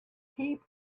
heap